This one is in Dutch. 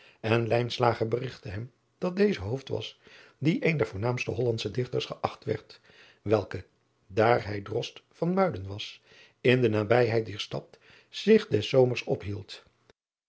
en berigtte hem dat deze was die een der voornaamste ollandsche ichters geacht werd welke daar hij rost van uiden was in de nabijheid dier stad zich des zomers ophield